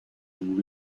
and